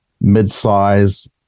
mid-size